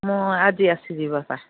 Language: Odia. ମୁଁ ଆଜି ଆସିବି ବାପା